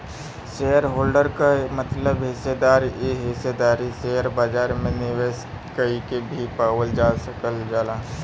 shareholder क मतलब हिस्सेदार इ हिस्सेदारी शेयर बाजार में निवेश कइके भी पावल जा सकल जाला